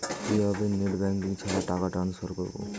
কিভাবে net banking ছাড়া টাকা টান্সফার করব?